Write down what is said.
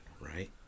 right